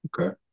okay